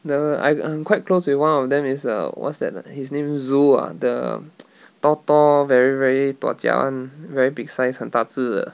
the I I'm quite close with one of them is err what's that his name zoo ah the tall tall very very dua jia [one] very big size 很大只的